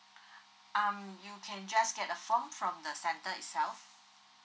um you can just get a form from the centre itself